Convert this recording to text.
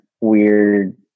weird